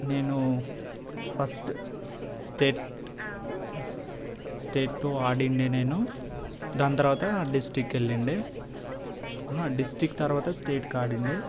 నేను first state state too ఆడిండెే నేను దాని తర్వాత డిస్టిక్ వెళ్ళిండే అహ డిస్ట్రిక్ట్ తర్వాత స్టేట్కాడిండెే